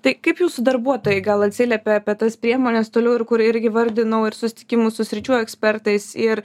tai kaip jūsų darbuotojai gal atsiliepia apie tas priemones toliau ir kur irgi vardinau ir susitikimus su sričių ekspertais ir